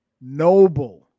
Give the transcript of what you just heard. Noble